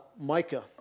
Micah